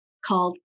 called